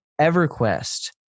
EverQuest